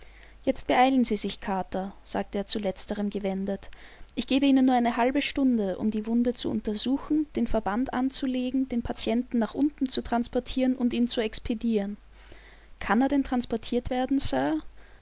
jetzt beeilen sie sich carter sagte er zu letzterem gewendet ich gebe ihnen nur eine halbe stunde um die wunde zu untersuchen den verband anzulegen den patienten nach unten zu transportieren und ihn zu expedieren kann er denn transportiert werden sir